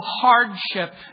hardship